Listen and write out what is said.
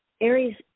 Aries